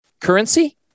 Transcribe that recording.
currency